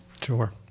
Sure